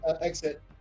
exit